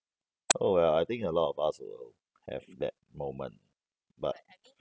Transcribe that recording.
oh ah I think a lot of us will have that moment but